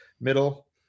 middle